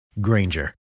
Granger